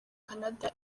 canada